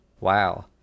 Wow